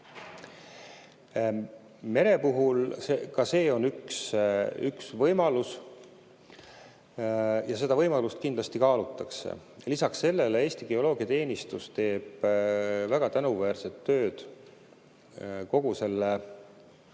Mere puhul ka see on üks võimalus ja seda võimalust kindlasti kaalutakse. Lisaks sellele teeb Eesti Geoloogiateenistus väga tänuväärset tööd kogu selle